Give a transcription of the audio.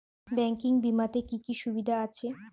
Banking বিমাতে কি কি সুবিধা আছে?